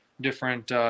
Different